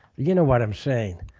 you know what i'm saying.